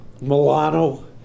Milano